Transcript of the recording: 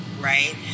Right